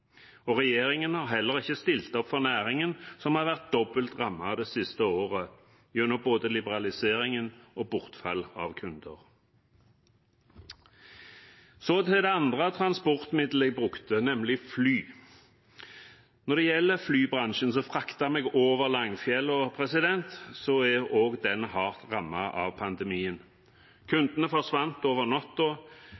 Regjeringen har heller ikke stilt opp for næringen, som har vært dobbelt rammet det siste året gjennom både liberaliseringen og bortfall av kunder. Så til det andre transportmidlet jeg brukte, nemlig fly. Når det gjelder flybransjen, som frakter meg over langfjellet, er også den hardt rammet av pandemien.